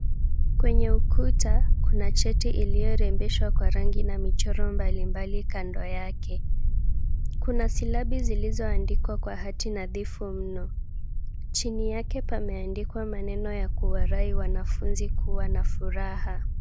Kwenye ukuta kuna cheti iliyorembeshwa kwa rangi na michoro mbalimbali kando yake. Kuna silabi zilizoandikwa kwa hati nadhifu mno. Chini yake pame andikwa maneno ya kuwarai wanafunzi kuwa na furaha.